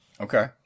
Okay